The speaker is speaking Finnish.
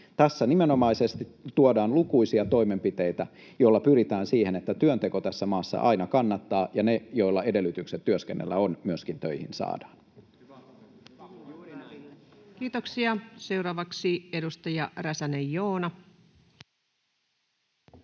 Tässä nimenomaisesti tuodaan lukuisia toimenpiteitä, joilla pyritään siihen, että työnteko tässä maassa aina kannattaa ja ne, joilla on edellytykset työskennellä, myöskin töihin saadaan. [Speech 323] Speaker: Ensimmäinen